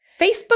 Facebook